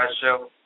Show